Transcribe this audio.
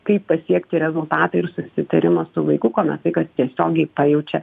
kaip pasiekti rezultatai ir susitarimas su vaiku kuomet vaikas tiesiogiai pajaučia